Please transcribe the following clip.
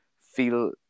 feel